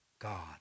God